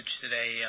today